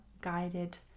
guided